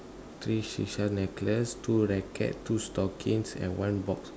three seashell necklace two rackets two stockings and one box